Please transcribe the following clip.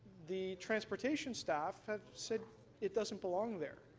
the transportation staff have said it doesn't belong there.